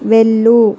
వెళ్ళు